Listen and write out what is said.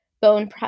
bone